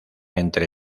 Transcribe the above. entre